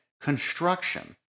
construction